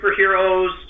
superheroes